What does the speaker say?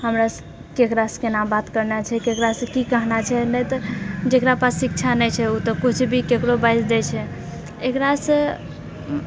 हमरा केकरासँ केना बात करना छै केकरासँ की कहना छै नहि तऽ जेकरापास शिक्षा नहि छै ओ तऽ किछु भी केकरो बाजि दए छै एकरासँ